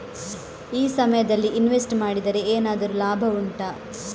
ಈ ಸಮಯದಲ್ಲಿ ಇನ್ವೆಸ್ಟ್ ಮಾಡಿದರೆ ಏನಾದರೂ ಲಾಭ ಉಂಟಾ